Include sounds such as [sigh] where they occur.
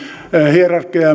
hierarkia [unintelligible]